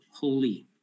holy